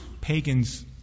pagans